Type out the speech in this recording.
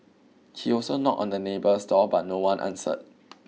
he also knocked on the neighbour's door but no one answered